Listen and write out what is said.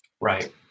Right